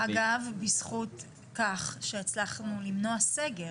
אגב, בזכות כך שהצלחנו למנוע סגר.